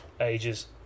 ages